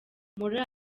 muri